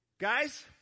Guys